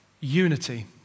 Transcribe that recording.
Unity